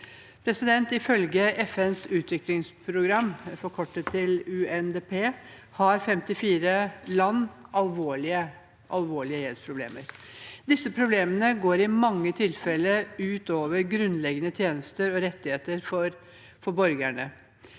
Ukraina. Ifølge FNs utviklingsprogram, UNDP, har 54 land alvorlige gjeldsproblemer. Disse problemene går i mange tilfeller ut over grunnleggende tjenester og rettigheter for borgerne.